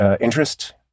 interest